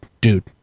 dude